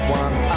one